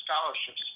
scholarships